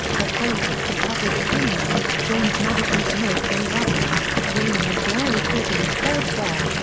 the politics of public opinion james madison's notes on government, william and mary quarterly third ser.